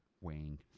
weighing